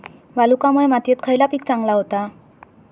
वालुकामय मातयेत खयला पीक चांगला होता?